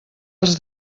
els